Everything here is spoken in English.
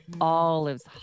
olives